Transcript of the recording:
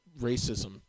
racism